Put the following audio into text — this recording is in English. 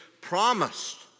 promised